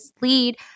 lead